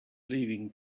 leaving